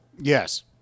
Yes